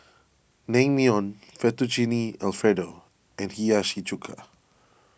Naengmyeon Fettuccine Alfredo and Hiyashi Chuka